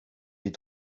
des